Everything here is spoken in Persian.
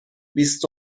بیست